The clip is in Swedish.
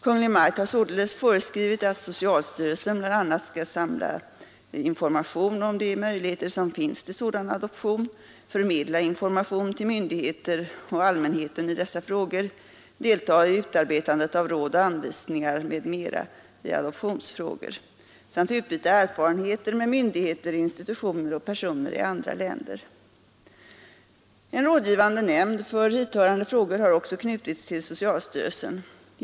Kungl. Maj:t har således föreskrivit att socialstyrelsen bl.a. skall samla information om de möjligheter som finns till sådan adoption, förmedla information till myndigheter och allmänheten i dessa frågor, delta i utarbetandet av råd och anvisningar m.m. i adoptionsfrågor samt utbyta erfarenheter med myndigheter, institutioner och personer i andra länder. En rådgivande nämnd för hithörande frågor har också knutits till socialstyrelsen.